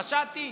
פשעתי?